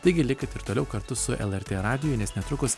taigi likit ir toliau kartu su lrt radiju nes netrukus